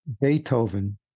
Beethoven